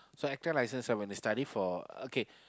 so ECDA license when they study for okay